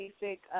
basic